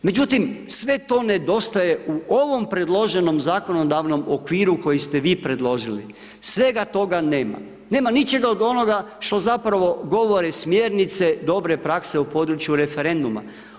Međutim, sve to nedostaje u ovom predloženom zakonodavnom okviru koji ste vi predložili, svega toga nema, nema ničega od onoga što zapravo govore smjernice dobre prakse u području referenduma.